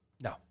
No